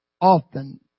often